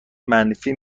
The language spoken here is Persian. منفی